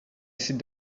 sit